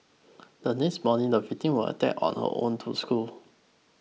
the next morning the victim was attacked on her own to school